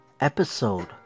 Episode